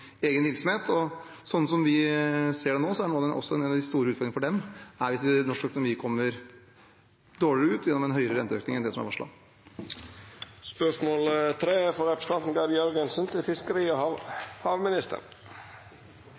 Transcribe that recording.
virksomhet, og sånn vi ser det nå, er en av de store utfordringene for dem at norsk økonomi kommer dårligere ut gjennom en høyere renteøkning enn det som er